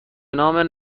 نام